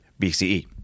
BCE